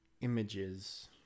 images